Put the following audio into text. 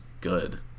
good